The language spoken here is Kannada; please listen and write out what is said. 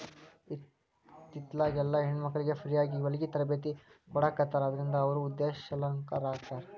ಇತ್ತಿತ್ಲಾಗೆಲ್ಲಾ ಹೆಣ್ಮಕ್ಳಿಗೆ ಫ್ರೇಯಾಗಿ ಹೊಲ್ಗಿ ತರ್ಬೇತಿ ಕೊಡಾಖತ್ತಾರ ಅದ್ರಿಂದ ಅವ್ರು ಉದಂಶೇಲರಾಕ್ಕಾರ